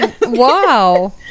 Wow